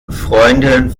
freundin